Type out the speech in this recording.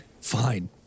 Fine